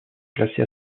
classés